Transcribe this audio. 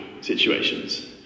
situations